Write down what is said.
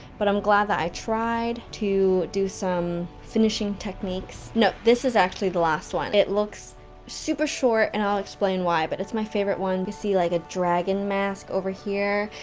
but i'm glad that i tried, to do some finishing techniques no this is actually the last one. it looks super short, and i'll explain why, but it's my favorite one. you can see like a dragon mask, over here,